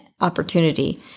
opportunity